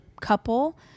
couple